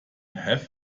have